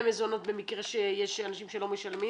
מזונות במקרה שיש אנשים שלא משלמים,